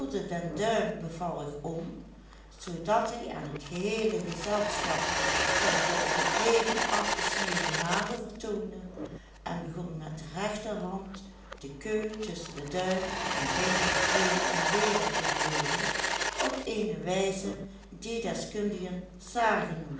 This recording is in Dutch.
den duim bevallig om zoodat hij aan t geheele gezelschap zijn tot op t leven afgesneden nagel vertoonde en begon met de rechterhand de keu tusschen duim en vinger heen en weder te bewegen op eene wijze die deskundigen zagen